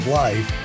life